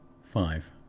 five.